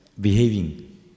behaving